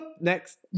next